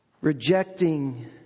Rejecting